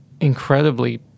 incredibly